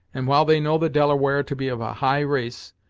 and, while they know the delaware to be of a high race,